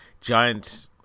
giant